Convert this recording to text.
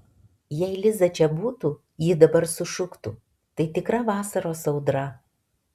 jei liza čia būtų ji dabar sušuktų tai tikra vasaros audra